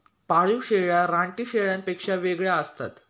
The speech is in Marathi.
पाळीव शेळ्या रानटी शेळ्यांपेक्षा वेगळ्या असतात